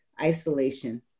isolation